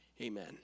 Amen